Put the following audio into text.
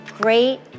great